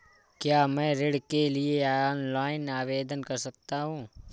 क्या मैं ऋण के लिए ऑनलाइन आवेदन कर सकता हूँ?